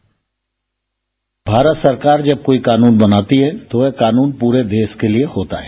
bite Bharat सरकार जब कोई कानून बनाती है तो वह कानून पूरे देश के लिए होता है